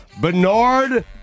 Bernard